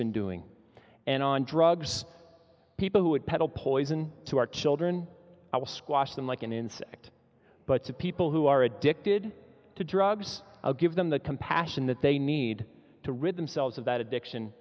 been doing and on drugs people who would peddle poison to our children i will squash them like an insect but to people who are addicted to drugs i'll give them the compassion that they need to rid themselves of that addiction